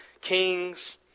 kings